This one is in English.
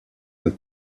and